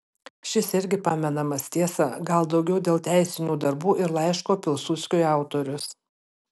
šis irgi pamenamas tiesa gal daugiau dėl teisinių darbų ir laiško pilsudskiui autorius